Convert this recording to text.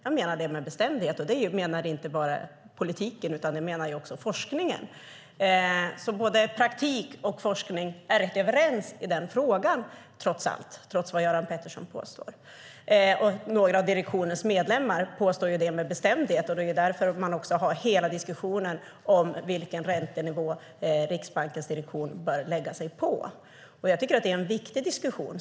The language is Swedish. Jag menar detta med bestämdhet, och det gör inte bara politiker, utan också forskarna. Praktik och forskning är överens i den här frågan, oavsett vad Göran Pettersson påstår. Några av direktionens medlemmar påstår detta med bestämdhet, och det är därför man för en diskussion om vilken räntenivå Riksbankens direktion bör lägga sig på. Jag tycker att det är en viktig diskussion.